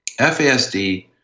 FASD